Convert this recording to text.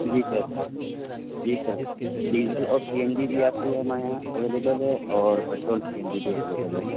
جی sir جی sir diesel اور C N G بھی آتی ہے ہمارے یہاں اویلیبل ہے اور پیٹرول سی این جی بھی اویلیبل ہے